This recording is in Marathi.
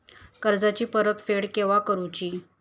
कर्जाची परत फेड केव्हा करुची?